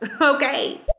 Okay